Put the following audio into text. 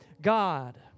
God